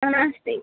नास्ति